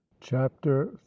chapter